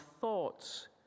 thoughts